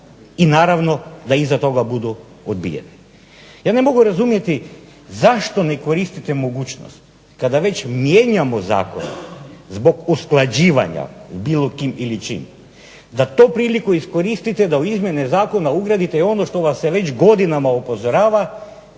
i naravno da iza toga budu odbijeni. Ja ne mogu razumjeti zašto ne koristite mogućnost kada već mijenjamo zakon zbog usklađivanja s bilo kim ili čim, da tu priliku iskoristite da u izmjene zakona ugradite i ono što vas se već godinama upozorava,